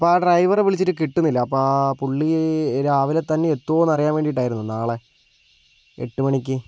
അപ്പോൾ ആ ഡ്രൈവറെ വിളിച്ചിട്ട് കിട്ടുന്നില്ല അപ്പോൾ ആ പുള്ളി രാവിലെത്തന്നെ എത്തുമോയെന്ന് അറിയാൻ വേണ്ടിയിട്ടായിരുന്നു നാളെ എട്ടുമണിക്ക്